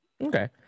okay